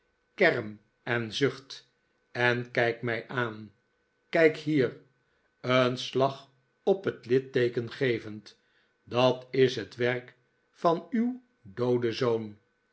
kerm en zucht en kijk mij aan kijk hier een slag op het litteeken gevend dat is het werk van uw dooden zoon